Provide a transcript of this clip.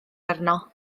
arno